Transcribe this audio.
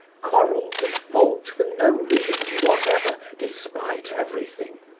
quarrelled and fought for no reason whatever, despite everything.